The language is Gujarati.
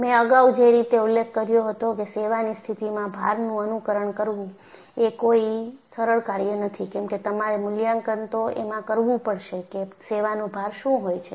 મેં અગાઉ જે રીતે ઉલ્લેખ કર્યો હતો કે સેવાની સ્થિતિમાં ભારનું અનુકરણ કરવું એ કોઈ સરળ કાર્ય નથી કેમકે તમારે મૂલ્યાંકન તો એમાં કરવું પડશે કે સેવાનું ભાર શું હોય છે